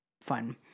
fun